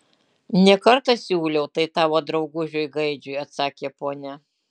ne kartą siūliau tai tavo draugužiui gaidžiui atsakė ponia